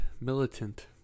militant